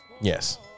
Yes